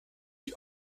sie